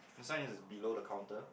the sign is below the counter